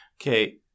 Okay